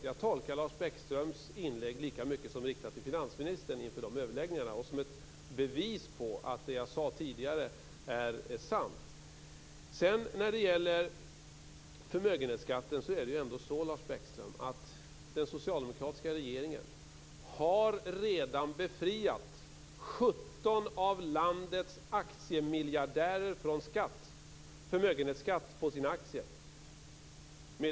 Jag tolkar Lars Bäckströms inlägg som riktat lika mycket till finansministern inför de överläggningarna som ett bevis på att det jag sade tidigare är sant. När det gäller förmögenhetsskatten, Lars Bäckström, har den socialdemokratiska regeringen redan befriat 17 av landets aktiemiljardärer från förmögenhetsskatt på sina aktier.